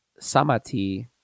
Samati